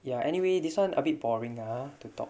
ya anyway this one a bit boring lah ah to talk